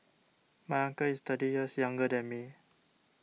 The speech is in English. my uncle is thirty years younger than me